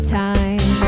time